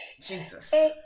Jesus